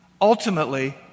Ultimately